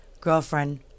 girlfriend